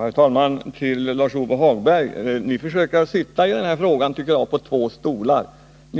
Herr talman! Lars-Ove Hagberg och vpk försöker sitta på två stolar. År